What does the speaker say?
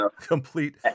complete